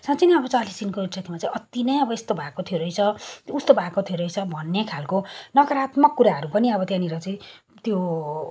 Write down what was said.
साँच्ची नै अब चालिस दिनको स्ट्राइकमा चाहिँ अति नेै अब यस्तो भएको थियो रहेछ उस्तो भएको थियो रहेछ भन्ने खालको नकारात्मक कुराहरू पनि अब त्यहाँनिर चाहिँ त्यो